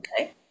Okay